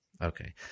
Okay